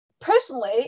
personally